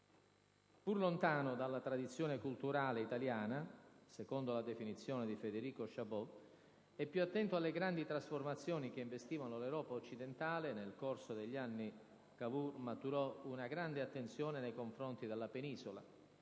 Pur «lontano dalla tradizione culturale italiana», secondo la definizione di Federico Chabod, e più attento alle grandi trasformazioni che investivano l'Europa occidentale, nel corso degli anni Cavour maturò una grande attenzione nei confronti della Penisola,